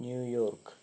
New York